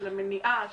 של המניעה,